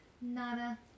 Nada